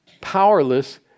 powerless